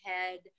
head